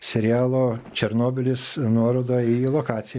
serialo černobylis nuoroda į lokaciją